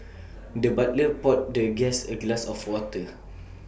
the butler poured the guest A glass of water